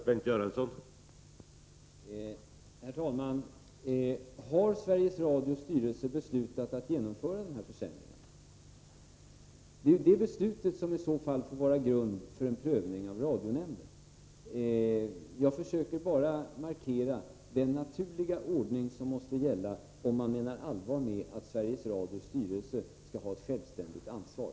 Herr talman! Har Sveriges Radios styrelse beslutat att genomföra den här försämringen? Det är ju det beslutet som i så fall får vara grund för en prövning av radionämnden. Jag försöker bara markera den naturliga ordning som måste gälla om man menar allvar med att Sveriges Radios styrelse skall ha ett självständigt ansvar.